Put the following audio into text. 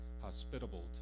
hospitable